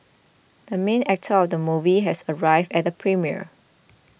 the main actor of the movie has arrived at the premiere